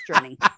journey